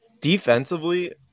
defensively